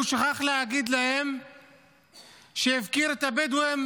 הוא שכח להגיד להם שהפקיר את הבדואים